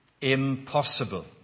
impossible